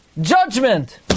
judgment